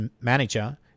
manager